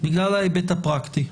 בגלל ההיבט הפרקטי.